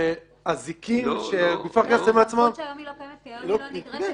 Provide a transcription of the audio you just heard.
אלו אזיקים --- זו סמכות שהיום לא קיימת כי היום היא לא נדרשת,